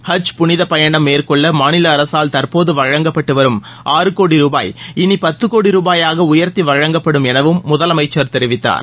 ஹஜ் புனிதப் பயணம் மேற்கொள்ள மாநில அரசால் தற்போது வழங்கப்பட்டு வரும் ஆறு கோடி ருபாய் இனி பத்து கோடி ரூபாயாக உயர்த்தி வழங்கப்படும் எனவும் முதலமைச்சர் தெரிவித்தார்